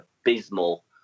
abysmal